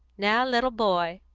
now, little boy,